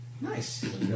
Nice